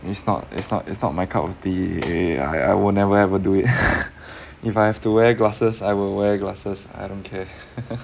it's not it's not it's not my cup of tea err I I will never ever do it if I have to wear glasses I will wear glasses I don't care